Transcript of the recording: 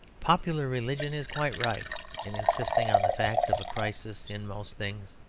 popular religion is quite right in insisting on the fact of a crisis in most things.